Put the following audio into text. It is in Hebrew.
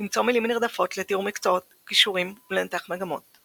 למצוא מילים נרדפות לתיאור מקצועות וכישורים ולנתח מגמות.